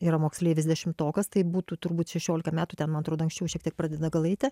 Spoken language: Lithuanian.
yra moksleivis dešimtokas tai būtų turbūt šešiolika metų ten man atrodo anksčiau šiek tiek pradeda gal eiti